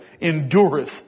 endureth